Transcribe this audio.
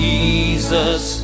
Jesus